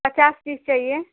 पचास पीस चाहिए